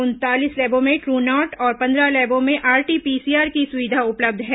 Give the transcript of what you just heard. उनतालीस लैबों में ट्र् नॉट और पन्द्रह लैबों में आरटी पीसीआर की सुविधा उपलब्ध है